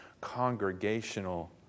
congregational